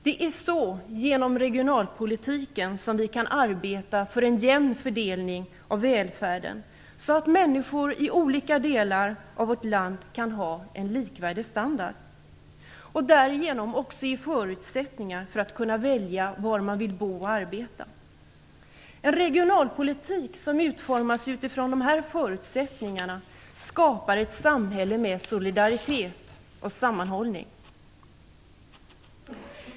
Det är så vi genom regionalpolitiken kan arbeta för en jämn fördelning av välfärden, så att människor i olika delar av vårt land kan ha en likvärdig standard. Därigenom ges förutsättningar för att kunna välja var man vill bo och arbeta. En regionalpolitik som utformas utifrån dessa förutsättningar skapar ett samhälle med solidaritet och sammanhållning.